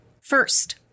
First